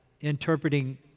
interpreting